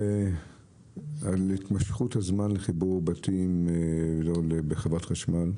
על התמשכות הזמן לחיבור בתים בחברת חשמל?